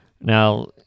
Now